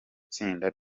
itsinda